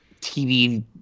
TV